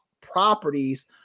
properties